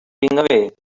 away